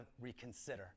reconsider